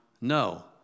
no